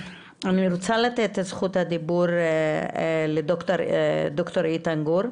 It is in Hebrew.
אני רוצה לתת את זכות הדיבור לד"ר איתן גור,